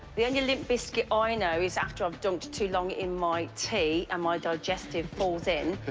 the only limp bizkit i know is after i dunked too long in my tea and my digestive falls in.